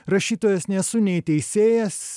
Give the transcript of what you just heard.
rašytojas nesu nei teisėjas